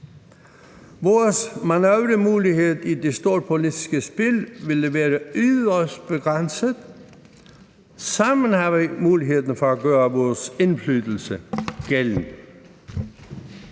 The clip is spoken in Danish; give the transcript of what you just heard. Vores manøvremulighed i det storpolitiske spil ville være yderst begrænset. Sammen har vi mulighed for at gøre vores indflydelse gældende.